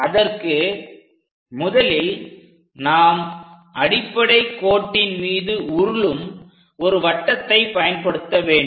அதற்கு முதலில் நாம் அடிப்படை கோட்டின் மீது உருளும் ஒரு வட்டத்தை பயன்படுத்த வேண்டும்